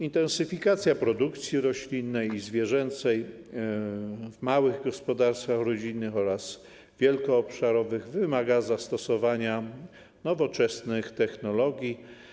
Intensyfikacja produkcji roślinnej i zwierzęcej w małych gospodarstwach rodzinnych oraz gospodarstwach wielkoobszarowych wymaga zastosowania nowoczesnych technologii.